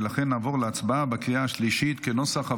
ולכן נעבור להצבעה בקריאה שלישית כנוסח הוועדה.